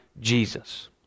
Jesus